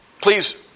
Please